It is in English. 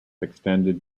extended